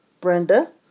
Brenda